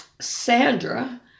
Sandra